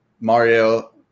Mario